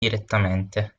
direttamente